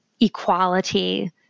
equality